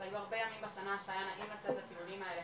נגיע כבר להתחממות של שתי מעלות אם נמשיך בתרחיש של עסקים כרגיל.